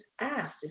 asked